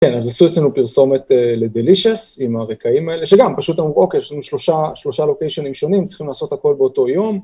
כן, אז עשו אצלנו פרסומת ל-Delicious עם הרקעים האלה, שגם, פשוט אמרו, אוקיי, יש לנו שלושה לוקיישונים שונים, צריכים לעשות הכל באותו יום.